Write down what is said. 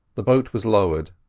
the boat was lowered,